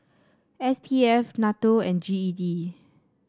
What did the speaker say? S P F NATO and G E D